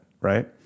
Right